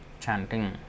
chanting